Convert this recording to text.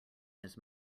his